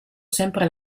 sempre